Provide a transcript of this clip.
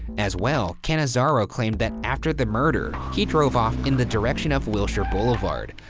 as well, cannizzaro claimed that after the murder, he drove off in the direction of wilshire boulevard.